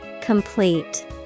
Complete